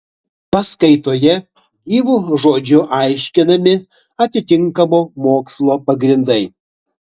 paskaitoje gyvu žodžiu aiškinami atitinkamo mokslo pagrindai